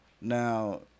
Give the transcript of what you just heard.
Now